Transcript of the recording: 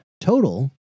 Total